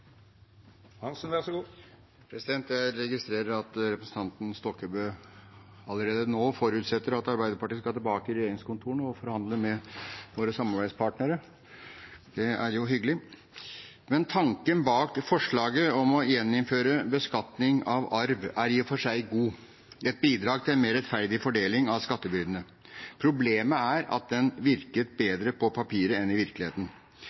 Jeg registrerer at representanten Stokkebø allerede nå forutsetter at Arbeiderpartiet skal tilbake i regjeringskontorene og forhandle med våre samarbeidspartnere. Det er jo hyggelig. Tanken bak forslaget om å gjeninnføre beskatning av arv er i og for seg god, et bidrag til en mer rettferdig fordeling av skattebyrdene. Problemet er at den virket bedre på papiret enn i virkeligheten.